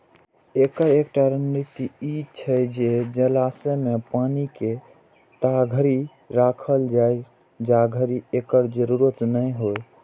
एकर एकटा रणनीति ई छै जे जलाशय मे पानि के ताधरि राखल जाए, जाधरि एकर जरूरत नै हो